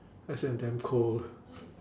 I said I'm damn cold